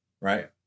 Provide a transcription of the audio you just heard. right